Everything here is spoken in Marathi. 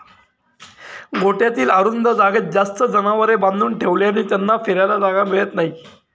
गोठ्यातील अरुंद जागेत जास्त जनावरे बांधून ठेवल्याने त्यांना फिरायला जागा मिळत नाही